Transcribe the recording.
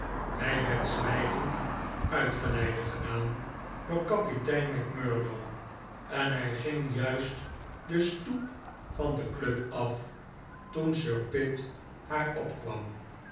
hij werd zwijgend uitgeleide gedaan door kapitein macmurdo en hij ging juist de stoep van de club af toen sir pitt haar opkwam